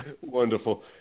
Wonderful